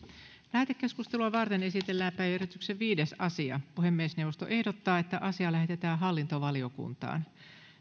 lähetekeskustelua varten esitellään päiväjärjestyksen viides asia puhemiesneuvosto ehdottaa että asia lähetetään hallintovaliokuntaan